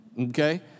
Okay